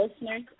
listeners